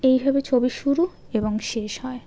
এইভাবে ছবি শুরু এবং শেষ হয়